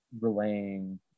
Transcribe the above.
relaying